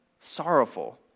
Sorrowful